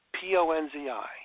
P-O-N-Z-I